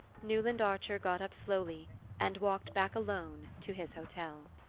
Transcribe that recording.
newland archer got up slowly and walked back alone to his hotel.